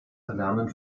erlernen